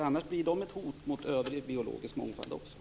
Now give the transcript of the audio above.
Annars blir de också ett hot mot den biologiska mångfalden.